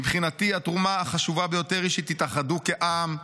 מבחינתי התרומה החשובה ביותר היא שתתאחדו כעם,